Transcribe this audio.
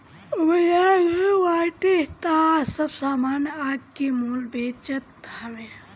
बाजार गरम बाटे तअ सब सामान आगि के मोल बेचात हवे